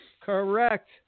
Correct